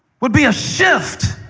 would be a shift